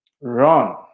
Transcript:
Run